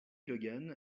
logan